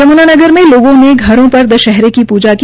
यम्नानगर में लोगों ने घरों पर दशहरे की पूजा की